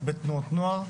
בתנועות נוער.